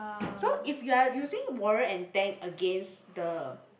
so if you are using warrior and tank against the